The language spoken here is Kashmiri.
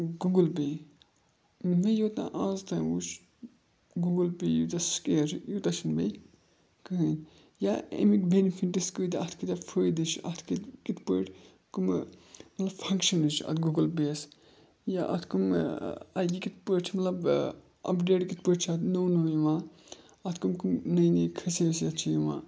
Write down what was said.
گوٗگٕل پے مےٚ یوتاہ آز تام وُچھ گوٗگٕل پے یوٗتاہ سکیر چھُ یوٗتاہ چھِنہٕ بیٚیہِ کٕہٕنۍ یا اَمِکۍ بیٚنِفِٹٕس کۭتیٛاہ اَتھ کۭتیٛاہ فٲیدٕ چھِ اَتھ کِتھ کِتھ پٲٹھۍ کٕمہٕ مطلب فَنٛگشَنٕز چھِ اَتھ گوٗگٕل پے یَس یا اَتھ کَم اَتہِ یہِ کِتھ پٲٹھۍ چھِ مطلب اَپڈیٹ کِتھ پٲٹھۍ چھِ اَتھ نوٚو نوٚو یِوان اَتھ کَم کَم نٔے نٔے خصیٖصیت چھِ یِوان